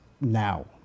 now